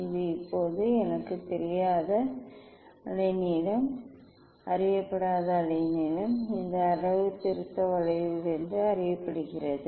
இது இப்போது எனக்குத் தெரியாத அலைநீளம் அறியப்படாத அலைநீளம் இது இந்த அளவுத்திருத்த வளைவிலிருந்து அறியப்படுகிறது